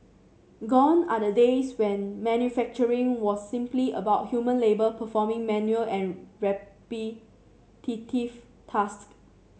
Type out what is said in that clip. gone are the days when manufacturing was simply about human labour performing menial and repetitive task